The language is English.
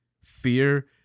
Fear